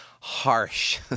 Harsh